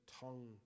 tongue